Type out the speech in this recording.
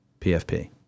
PFP